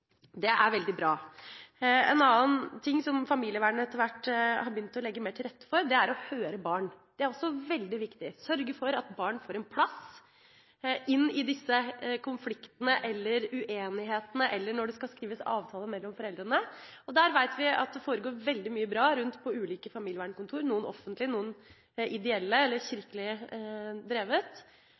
Det er veldig bra. En annen ting familievernet etter hvert har begynt å legge mer til rette for, er det å høre barn. Det er også veldig viktig å sørge for at barn får en plass i disse konfliktene, eller uenighetene, eller når det skal skrives avtale mellom foreldrene. Vi vet at det foregår veldig mye bra rundt på ulike familievernkontorer, noen er offentlige, noen er ideelle, eller noen er kirkelig drevet.